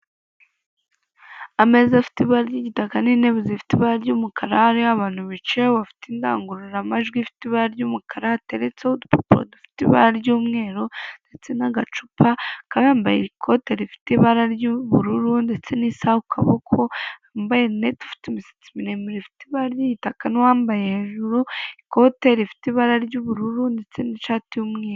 meza afite ibara ry'igidataka n'intebe zifite ibara ry'umukara hari' abantu bicaye bafite indangururamajwi ifite ibara ry'umukarateretse udupapuro dufite ibara ry'umweru ndetse n'agacupa kambaye ikote rifite ibara ry'ubururu ndetse n'isaho ukuboko yambaye netfite imisatsi miremire ifite ibara ry'igitaka n'uwambaye hejuru ikote rifite ibara ry'ubururu ndetse n'ishati y'umweru.